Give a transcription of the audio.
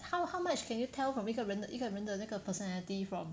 how how much can you tell from 一个人的一个人的那个 personality from